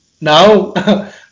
now